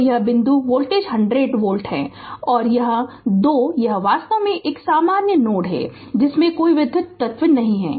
तो यह बिंदु वोल्टेज 100 वोल्ट है और यह 2 यह वास्तव में एक सामान्य नोड है जिसमें कोई विद्युत तत्व नहीं है